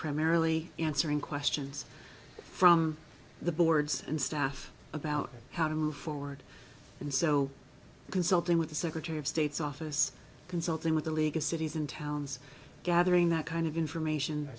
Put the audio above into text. primarily answering questions from the boards and staff about how to move forward and so consulting with the secretary of state's office consulting with the league of cities and towns gathering that kind of information